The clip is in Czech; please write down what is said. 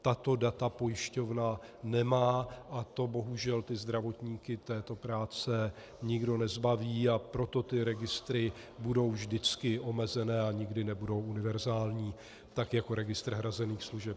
Tato data pojišťovna nemá, a bohužel zdravotníky této práce nikdo nezbaví, a proto ty registry budou vždycky omezené a nikdy nebudou univerzální tak jako registr hrazených služeb.